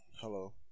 hello